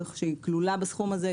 שהיא כלולה בסכום הזה,